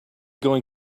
going